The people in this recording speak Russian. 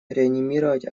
реанимировать